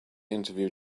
interview